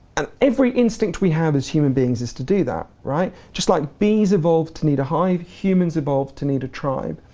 and every instinct we have as human beings is to do that. just like bees evolve to need a hive, humans evolve to need a tribe.